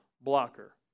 blocker